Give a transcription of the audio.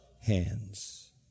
hands